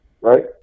right